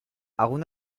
aun